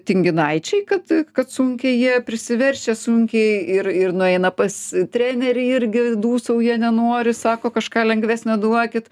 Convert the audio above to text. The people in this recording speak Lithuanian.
tinginaičiai kad kad sunkiai jie prisiverčia sunkiai ir ir nueina pas trenerį irgi dūsauja nenori sako kažką lengvesnio duokit